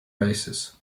basses